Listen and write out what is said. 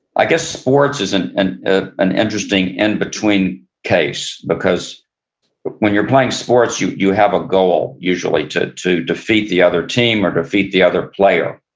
i guess sports is and and ah an interesting in-between case, because but when you're playing sports you you have a goal usually, to to defeat the other team or defeat the other player.